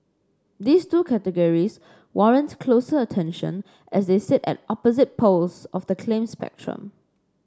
these two categories warrant closer attention as they sit at opposite poles of the claim spectrum